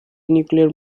nuclear